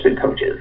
coaches